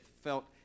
felt